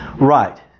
Right